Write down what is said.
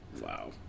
Wow